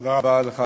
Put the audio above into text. תודה רבה לך.